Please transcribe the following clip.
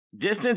distance